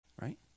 right